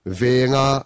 venga